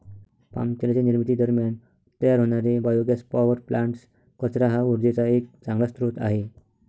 palm तेलाच्या निर्मिती दरम्यान तयार होणारे बायोगॅस पॉवर प्लांट्स, कचरा हा उर्जेचा एक चांगला स्रोत आहे